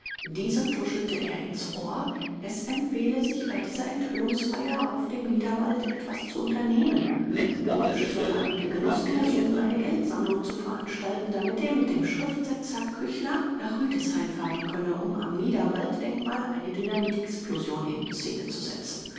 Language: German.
diesem tuschelte er ins ohr es empfehle sich bei dieser enthüllungsfeier auf dem niederwald etwas zu unternehmen rupsch solle einige genossen ersuchen eine geldsammlung zu veranstalten damit er mit dem schriftsetzer küchler nach rüdesheim fahren könne um am niederwalddenkmal eine dynamitexplosion in szene zu setzen